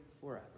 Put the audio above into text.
forever